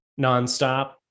nonstop